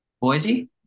Boise